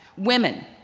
women,